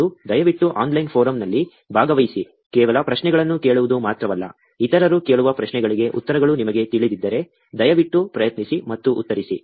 ಮತ್ತು ದಯವಿಟ್ಟು ಆನ್ಲೈನ್ ಫೋರಂನಲ್ಲಿ ಭಾಗವಹಿಸಿ ಕೇವಲ ಪ್ರಶ್ನೆಗಳನ್ನು ಕೇಳುವುದು ಮಾತ್ರವಲ್ಲ ಇತರರು ಕೇಳುವ ಪ್ರಶ್ನೆಗಳಿಗೆ ಉತ್ತರಗಳು ನಿಮಗೆ ತಿಳಿದಿದ್ದರೆ ದಯವಿಟ್ಟು ಪ್ರಯತ್ನಿಸಿ ಮತ್ತು ಉತ್ತರಿಸಿ